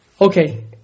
Okay